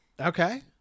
okay